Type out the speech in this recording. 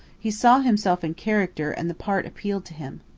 he saw himself in character and the part appealed to him.